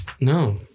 No